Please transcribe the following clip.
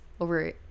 over